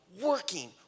working